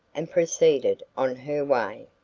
and proceeded on her way.